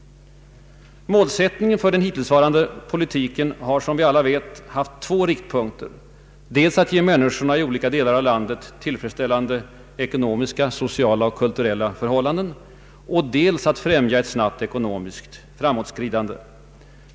Målsättningen för den hittillsvarande politiken har som vi alla vet haft två riktpunkter, dels att ge människorna i olika delar av landet tillfredsställande ekonomiska, sociala och kulturella förhållanden, dels att främja ett snabbt ekonomiskt framåtskridande.